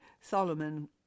Solomon